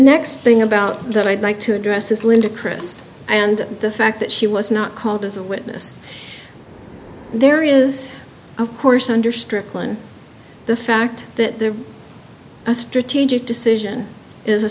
next thing about that i'd like to address is linda chris and the fact that she was not called as a witness there is of course under strickland the fact that they're a strategic decision is a